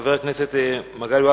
חבר הכנסת מגלי והבה,